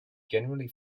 generally